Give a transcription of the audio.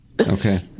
Okay